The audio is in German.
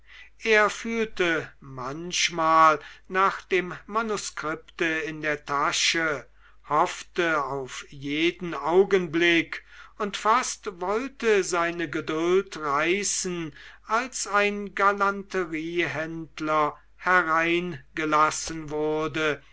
er fühlte manchmal nach dem manuskripte in der tasche hoffte auf jeden augenblick und fast wollte seine geduld reißen als ein galanteriehändler hereingelassen wurde